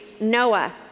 Noah